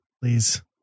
Please